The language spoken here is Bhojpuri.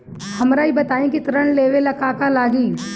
हमरा ई बताई की ऋण लेवे ला का का लागी?